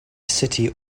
city